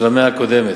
של המאה הקודמת.